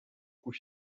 coup